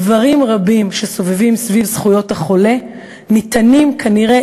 דברים רבים שסובבים סביב זכויות החולה ניתנים כנראה